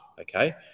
okay